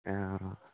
অঁ অঁ